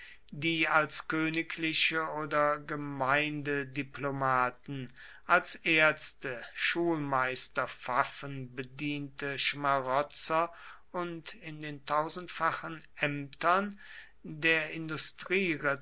die als königliche oder gemeindediplomaten als ärzte schulmeister pfaffen bediente schmarotzer und in den tausendfachen ämtern der